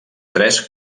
tres